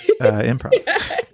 improv